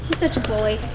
such a bully.